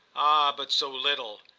but so little!